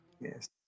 yes